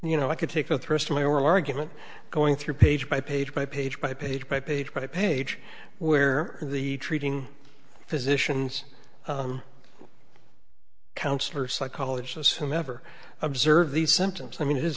you know i could take the thrust of my oral argument going through page by page by page by page by page by page where the treating physicians counselor psychologists whomever observe these symptoms i mean